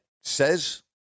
says